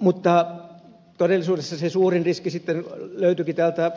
mutta todellisuudessa se suurin riski sitten löytyikin täältä